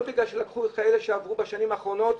לא בגלל שלקחו כאלה שעברו בשנים האחרונות,